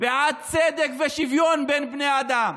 בעד צדק ושוויון בין בני אדם,